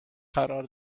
قرار